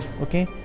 okay